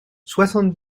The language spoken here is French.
soixante